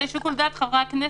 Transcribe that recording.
זה לשיקול דעת חברי הכנסת,